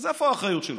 אז איפה האחריות שלכם?